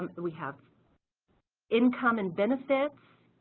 um so we have income and benefits,